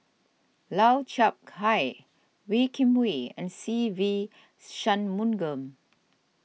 Lau Chiap Khai Wee Kim Wee and Se Ve Shanmugam